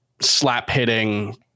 slap-hitting